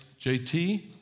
JT